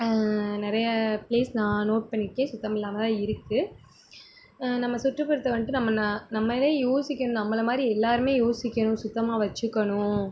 நிறைய ப்ளேஸ் நான் நோட் பண்ணியிருக்கேன் சுத்தம் இல்லாமல் தான் இருக்குது நம்ம சுற்றுப்புறத்தை வந்துட்டு நம்ம ந நம்மளே யோசிக்கணும் நம்மளை மாதிரி எல்லாேருமே யோசிக்கணும் சுத்தமாக வச்சுக்கணும்